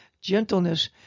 gentleness